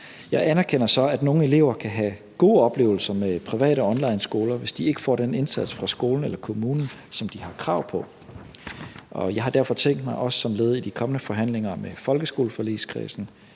Jeg anerkender så, at nogle elever kan have gode oplevelser med private onlineskoler, hvis de ikke får den indsats fra skolen eller kommunen, som de har krav på, og jeg har derfor tænkt mig som led i de kommende forhandlinger med folkeskoleforligskredsen